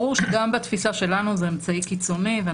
ברור שגם בתפיסה שלנו זה אמצעי קיצוני.